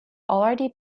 already